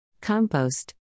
Compost